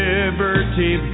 Liberty